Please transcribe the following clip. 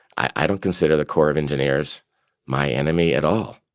i don't consider the corps of engineers my enemy at all